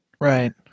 Right